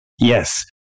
yes